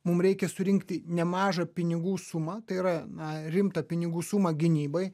mum reikia surinkti nemažą pinigų sumą tai yra na rimtą pinigų sumą gynybai